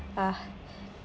ah